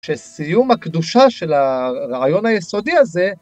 שסיום הקדושה של הרעיון היסודי הזה